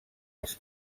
els